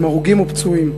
עם הרוגים או פצועים,